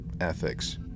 ethics